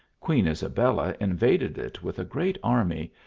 queen isabella invaded it with a great army,